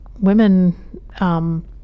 women